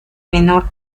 menor